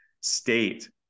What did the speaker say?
state